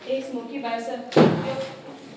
एक स्मुकी बाय स